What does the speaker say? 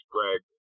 Greg